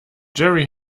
jerry